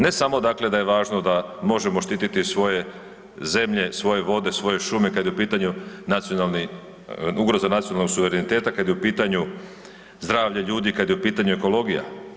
Ne samo dakle da je važno da možemo štititi svoje zemlje, svoje vode, svoje šume kad je u pitanju nacionalni, ugroza nacionalnog suvereniteta, kad je u pitanju zdravlje ljudi, kad je u pitanju ekologija.